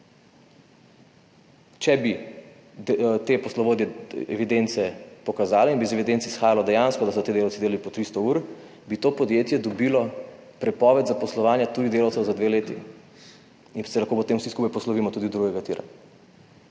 Če bi te poslovodje evidence pokazale in bi iz evidenc izhajalo dejansko, da so ti delavci delali po 300 ur, bi to podjetje dobilo prepoved zaposlovanja tujih delavcev za 2 leti in se lahko potem vsi skupaj poslovimo tudi od drugega tira.